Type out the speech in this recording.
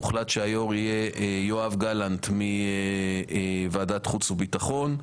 הוחלט שהיו"ר יהיה יואב גלנט מוועדת חוץ וביטחון.